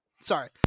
Sorry